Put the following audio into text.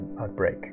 outbreak